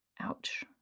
Ouch